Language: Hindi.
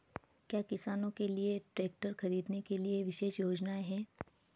क्या किसानों के लिए ट्रैक्टर खरीदने के लिए विशेष योजनाएं हैं?